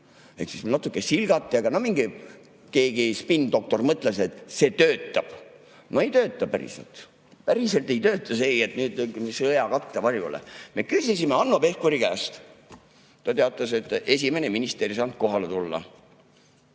Ehk natuke silgati, aga mingi keegi spinndoktor mõtles, et see töötab. No ei tööta päriselt. Päriselt ei tööta see, et nüüd sõja kattevarjus ... Me küsisime Hanno Pevkuri käest. Ta teatas, et esimene minister ei saanud kohale tulla.